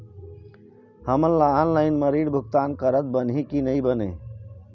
हमन ला ऑनलाइन म ऋण भुगतान करत बनही की नई बने?